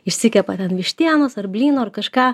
išsikepa ten vištienos ar blynų ar kažką